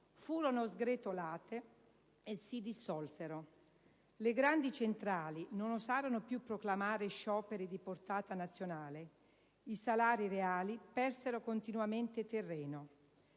furono sgretolate e si dissolsero. Le grandi centrali non osarono più proclamare scioperi di portata nazionale, i salari reali persero continuamente terreno.